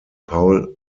paul